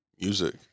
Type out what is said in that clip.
music